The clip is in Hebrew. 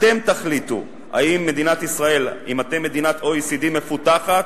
אתם תחליטו אם אתם מדינת OECD מפותחת,